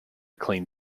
clean